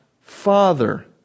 Father